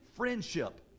Friendship